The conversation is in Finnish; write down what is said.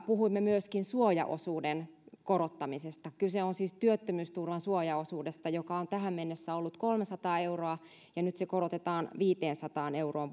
puhuimme myöskin suojaosuuden korottamisesta kyse on siis työttömyysturvan suojaosuudesta joka on tähän mennessä ollut kolmesataa euroa ja nyt se korotetaan viiteensataan euroon